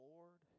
Lord